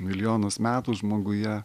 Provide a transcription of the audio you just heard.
milijonus metų žmoguje